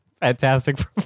fantastic